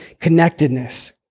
connectedness